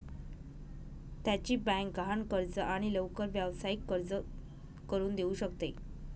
त्याची बँक गहाण कर्ज आणि लवकर व्यावसायिक कर्ज करून देऊ शकते